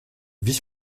vice